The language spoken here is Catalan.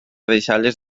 deixalles